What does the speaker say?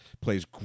plays